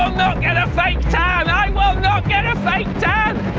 ah not get a fake tan! i will not get a fake tan!